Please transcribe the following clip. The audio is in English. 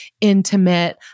intimate